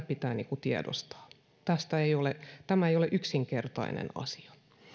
pitää tiedostaa tämä ei ole yksinkertainen asia